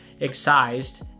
excised